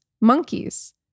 monkeys